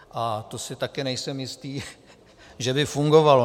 A to si také nejsem jistý , že by fungovalo.